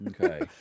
Okay